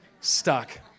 Stuck